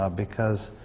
ah because